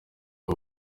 uba